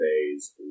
phase